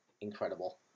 Incredible